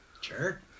Sure